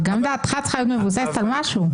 גם דעתך צריכה להיות מבוססת על משהו.